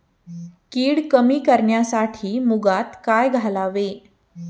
कीड कमी करण्यासाठी मुगात काय घालावे?